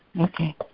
Okay